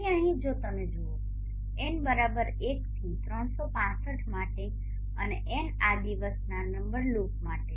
તેથી અહીં જો તમે જુઓ n 1 થી 365 માટે અને n આ દિવસના નંબર લૂપ માટે